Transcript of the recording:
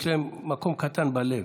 יש להם מקום קטן בלב,